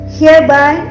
hereby